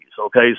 okay